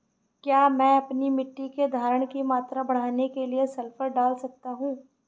क्या मैं अपनी मिट्टी में धारण की मात्रा बढ़ाने के लिए सल्फर डाल सकता हूँ?